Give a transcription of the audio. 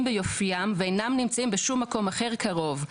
ביופיים ואינם נמצאים בשום מקום אחר קרוב.